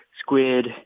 squid